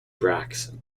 bracts